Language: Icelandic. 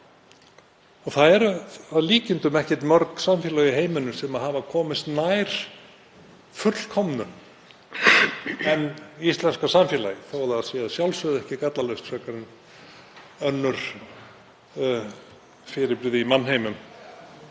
eru að líkindum ekki mörg samfélög í heiminum sem hafa komist nær fullkomnun en íslenska samfélagið, þó að það sé að sjálfsögðu ekki gallalaust frekar en önnur fyrirbrigði í mannheimum.